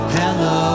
hello